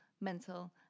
mental